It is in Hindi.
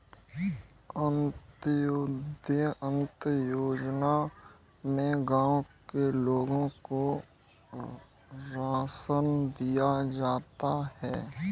अंत्योदय अन्न योजना में गांव के लोगों को राशन दिया जाता है